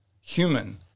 human